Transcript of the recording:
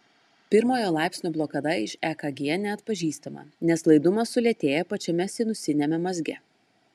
pirmojo laipsnio blokada iš ekg neatpažįstama nes laidumas sulėtėja pačiame sinusiniame mazge